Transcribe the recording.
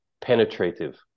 penetrative